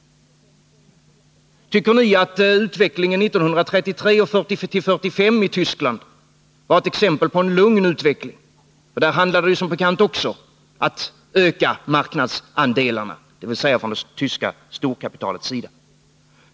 Tycker ni att utvecklingen 1933-1945 i Tyskland var ett exempel på en lugn utveckling? Där handlade det ju som bekant också om att från det tyska storkapitalets sida öka marknadsandelarna.